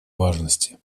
важности